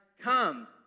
come